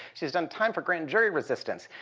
she's done time for grand jury resistance.